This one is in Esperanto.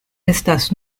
estas